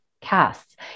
casts